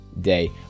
day